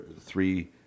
three